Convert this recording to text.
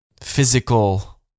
physical